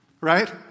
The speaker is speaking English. Right